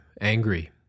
angry